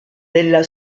della